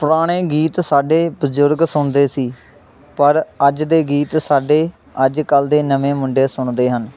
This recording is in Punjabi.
ਪੁਰਾਣੇ ਗੀਤ ਸਾਡੇ ਬਜ਼ੁਰਗ ਸੁਣਦੇ ਸੀ ਪਰ ਅੱਜ ਦੇ ਗੀਤ ਸਾਡੇ ਅੱਜ ਕੱਲ੍ਹ ਦੇ ਨਵੇਂ ਮੁੰਡੇ ਸੁਣਦੇ ਹਨ